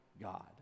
God